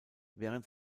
während